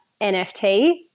NFT